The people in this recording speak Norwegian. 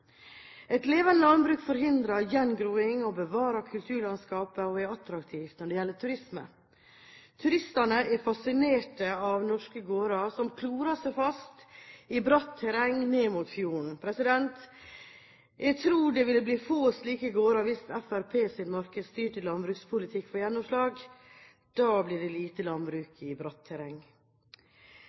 Et levende landbruk forhindrer gjengroing og bevarer kulturlandskapet og er attraktivt når det gjelder turisme. Turistene er fascinert av norske gårder som klorer seg fast i bratt terreng ned mot fjorden. Jeg tror det ville bli få slike gårder hvis Fremskrittspartiets markedsstyrte landbrukspolitikk får gjennomslag – da blir det lite landbruk i bratt terreng.